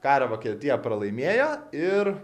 karą vokietija pralaimėjo ir